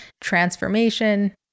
transformation